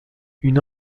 une